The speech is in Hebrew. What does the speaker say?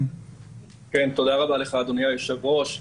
תודה רבה לך, אדוני היושב ראש.